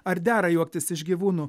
ar dera juoktis iš gyvūnų